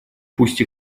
пусть